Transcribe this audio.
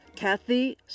Kathy